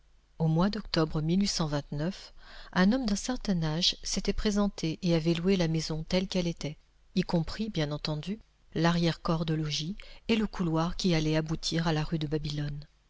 au mois d'octobre un homme d'un certain âge s'était présenté et avait loué la maison telle qu'elle était y compris bien entendu larrière corps de logis et le couloir qui allait aboutir à la rue de babylone